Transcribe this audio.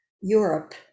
Europe